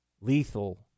lethal